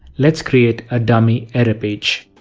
let's create ah dummy error page